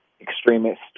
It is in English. extremist